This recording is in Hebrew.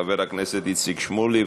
חבר הכנסת איציק שמולי,